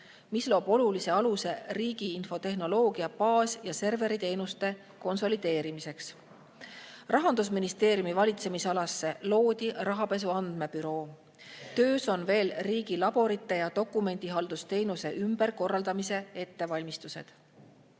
mis loob olulise aluse riigi infotehnoloogia baas‑ ja serveriteenuste konsolideerimiseks. Rahandusministeeriumi valitsemisalasse loodi Rahapesu Andmebüroo. Töös on veel riigi laborite ja dokumendihaldusteenuse ümberkorraldamise ettevalmistused.